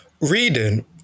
Reading